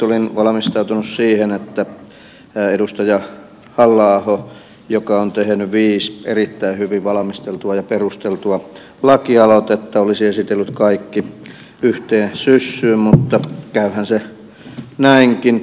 olin valmistautunut siihen että edustaja halla aho joka on tehnyt viisi erittäin hyvin valmisteltua ja perusteltua lakialoitetta olisi esitellyt kaikki yhteen syssyyn mutta käyhän se näinkin